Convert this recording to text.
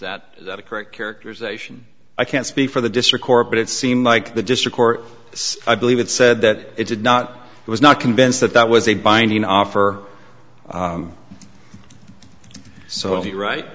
that correct characterization i can't speak for the district court but it seemed like the district court i believe it said that it did not was not convinced that that was a binding offer so if you're right